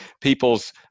people's